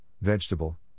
vegetable